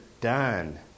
done